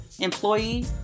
employee